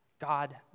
God